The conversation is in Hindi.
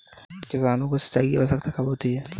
किसानों को सिंचाई की आवश्यकता कब होती है?